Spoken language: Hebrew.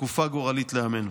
בתקופה גורלית לעמנו.